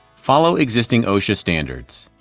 follow existing osha standards.